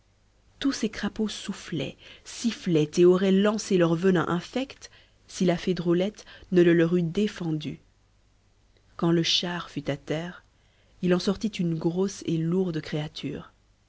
tous ces crapauds soufflaient sifflaient et auraient lancé leur venin infect si la fée drôlette ne le leur eût défendu quand le char fut à terre il en sortit une grosse et lourde créature